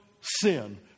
sin